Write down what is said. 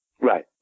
Right